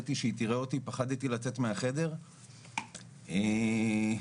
אנשי המקצוע במשרדים בהחלט מודעים לזה, היו פעם